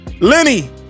Lenny